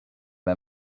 m’a